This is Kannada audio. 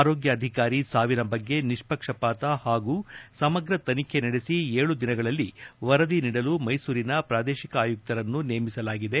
ಆರೋಗ್ಯಾಧಿಕಾರಿ ಸಾವಿನ ಬಗ್ಗೆ ನಿಷ್ವಕ್ಷಪಾತ ಹಾಗೂ ಸಮಗ್ರ ತನಿಖೆ ನಡೆಸಿ ಏಳು ದಿನಗಳಲ್ಲಿ ವರದಿ ನೀಡಲು ಮೈಸೂರಿನ ಪ್ರಾದೇಶಿಕ ಆಯುಕ್ತರನ್ನು ನೇಮಿಸಲಾಗಿದೆ